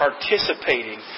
participating